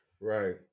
Right